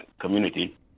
community